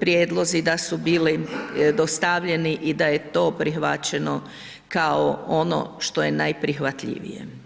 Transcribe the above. prijedlozi da su bili dostavljeni i da je to prihvaćeno kao ono što je najprihvatljivije.